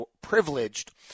privileged